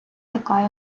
яка